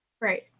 Right